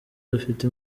rufite